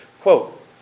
Quote